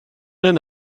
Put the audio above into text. den